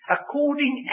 According